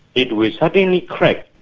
it will suddenly crack,